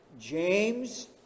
James